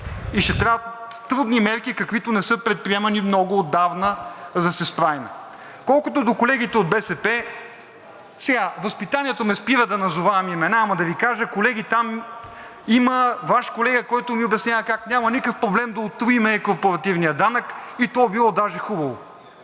и ще трябват трудни мерки, каквито не са предприемани много отдавна, за да се справим. Колкото до колегите от БСП – сега, възпитанието ме спира да назовавам имена, но да Ви кажа, колеги, там има Ваш колега, който ми обяснява как няма никакъв проблем да утроим корпоративния данък и то било даже хубаво,